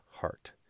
heart